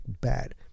bad